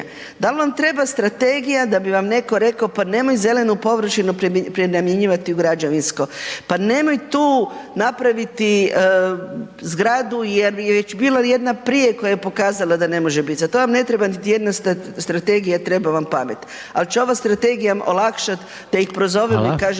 Da li vam treba strategija da bi vam netko rekao pa nemoj zelenu površinu prenamjenjivati u ghrađevinsko pa nemoj tu napraviti zgradu jer je već bila jedna prije koja je pokazala da ne može biti. Za to vam ne treba niti jedna strategija, treba vam pamet, ali će ova strategija olakšat da ih prozovemo i kažemo